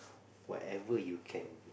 whatever you can